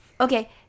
Okay